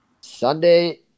Sunday